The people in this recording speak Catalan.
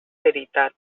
veritat